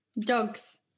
Dogs